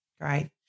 Great